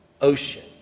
ocean